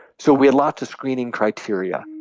so we had lots of screening criteria.